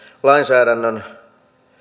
lainsäädännön